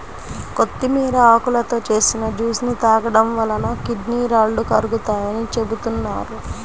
కొత్తిమీర ఆకులతో చేసిన జ్యూస్ ని తాగడం వలన కిడ్నీ రాళ్లు కరుగుతాయని చెబుతున్నారు